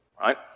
Right